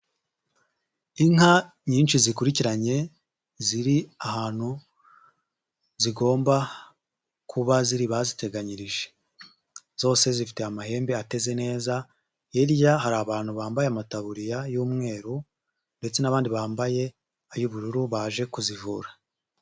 Inka nyinshi zikurikiranye ziri ahantu zigomba kuba ziri baziteganyirije, zose zifite amahembe ateze neza, hirya hari abantu bambaye amataburiya y'umweru ndetse n'abandi bambaye ay'ubururu baje kuzivura.